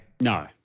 No